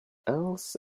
else